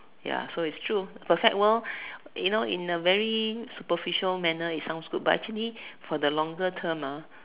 ya so it's true perfect world you know in a very superficial manner it sounds good but actually for the longer term ah